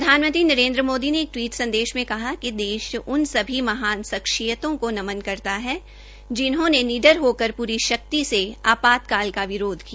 प्रधानमंत्री नरेन्द्र मोदी ने एक टिवीट संदेश में कहा कि देश उन सभी महान लोगों को नमन करता है जिन्होंने निडर होकर पूरी शक्ति से आपातकाल का विरोध किया